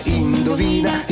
indovina